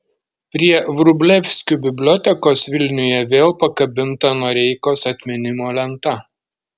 prie vrublevskių bibliotekos vilniuje vėl pakabinta noreikos atminimo lenta